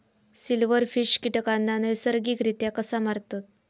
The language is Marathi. सिल्व्हरफिश कीटकांना नैसर्गिकरित्या कसा मारतत?